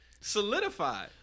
solidified